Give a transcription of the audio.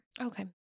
Okay